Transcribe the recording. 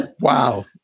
Wow